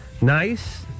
Nice